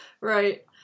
Right